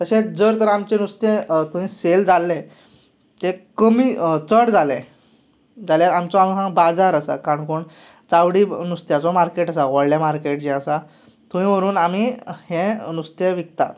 तशेंच जर तर आमचें नुस्तें थंय सेल जालें तें कमी चड जालें जाल्यार आमचो हांगा बाजार आसा काणकोण चावडी नुस्त्याचो मार्केट आसा व्हडलें मार्केट जें आसा थंय व्हरून आमीं हें नुस्तें विकतात